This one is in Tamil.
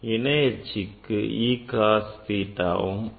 இணை அச்சுக்கு E cos theta